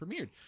premiered